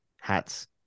Hats